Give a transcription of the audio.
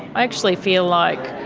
i actually feel like